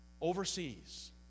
Overseas